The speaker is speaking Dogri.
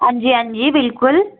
हां जी हां जी बिलकुल